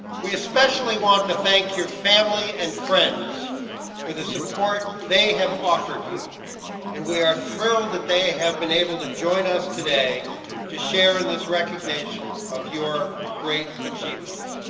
we especially want to thank your family and friends for the support they have offered you and we are thrilled that they have been able to join us today to share in this recognition of your great achievements.